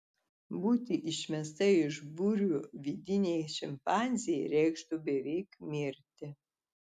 būti išmestai iš būrio vidinei šimpanzei reikštų beveik mirti